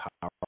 power